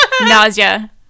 Nausea